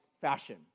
fashion